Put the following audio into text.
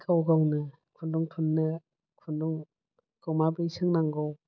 गाव गावनो खुन्दुं थुननो खुन्दुंखौ माबोरै सोंनांगौ